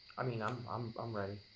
i mean, i'm um um ready.